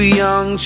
young